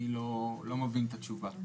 אני לא מבין את התשובה.